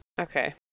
Okay